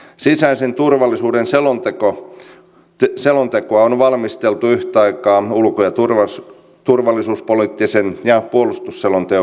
sisäisen turvallisuuden selontekoa on valmisteltu yhtä aikaa ulko ja turvallisuuspoliittisen ja puolustusselonteon kanssa